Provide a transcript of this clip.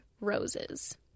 roses